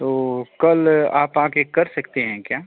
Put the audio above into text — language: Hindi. तो कल आप आकर कर सकते हैं क्या